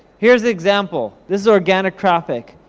here's the example, this is organic traffic.